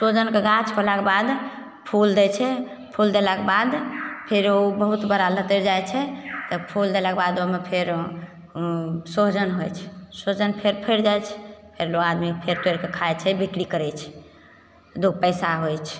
सहजनके गाछ होलाके बाद फूल दै छै फूल देलाके बाद फेरो ओ बहुत बड़ा लतरि जाइत छै तब फूल देलाकबाद ओहिमे फेर सहजन होइत छै सहजन फेर फड़ि जाइत छै फेर लोग आदमी फेर तोड़िके खाइत छै बिक्री करैत छै दु पैसा होइत छै